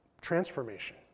transformation